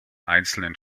einzelnen